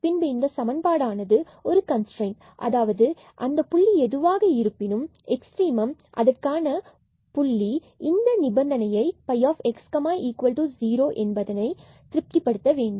பின்பு இந்த சமன்பாடு ஆனது ஒரு கன்ஸ்ரெய்ன்ட் அதாவது எனவே அந்த புள்ளி எதுவாக இருப்பினும் எக்ஸ்ட்ரீமம் அதற்கான புள்ளியில் இந்த நிபந்தனையை xy0 திருப்திப்படுத்த வேண்டும்